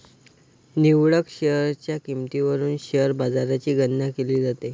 निवडक शेअर्सच्या किंमतीवरून शेअर बाजाराची गणना केली जाते